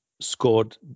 scored